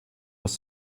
was